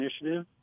initiative